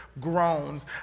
groans